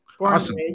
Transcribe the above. Awesome